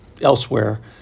elsewhere